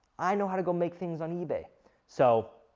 i know how to go make things on ebay so,